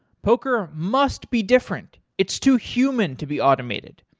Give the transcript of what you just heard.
poker, must be different. it's too human to be automated.